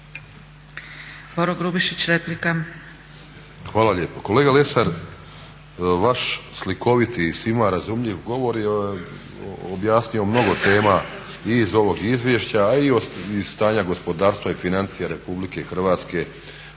Hvala lijepo. Kolega Lesar, vaš slikoviti i svima razumljiv govor je objasnio mnogo tema i iz ovog izvješća, a i iz stanja gospodarstva i financija RH ne samo